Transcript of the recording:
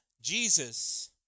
Jesus